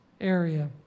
area